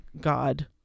God